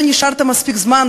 לא נשארת מספיק זמן,